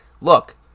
look